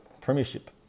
premiership